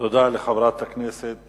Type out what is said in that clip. תודה לחברת הכנסת